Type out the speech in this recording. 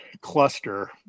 cluster